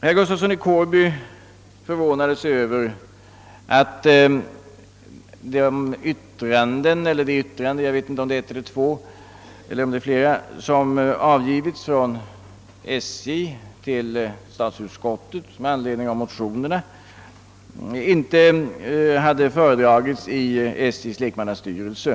Herr Gustafsson i Kårby var förvånad över att det yttrande — eller kanske de yttranden — som SJ avgivit till statsutskottet med anledning av de väckta motionerna inte hade föredragits i SJ:s lekmannastyrelse.